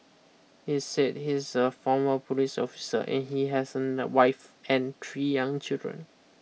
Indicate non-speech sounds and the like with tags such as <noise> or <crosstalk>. he said he's a former police officer and he has <hesitation> a wife and three young children